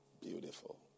Beautiful